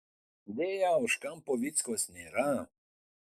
deja už kampo vyckos nėra